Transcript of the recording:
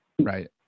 right